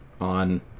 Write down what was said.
on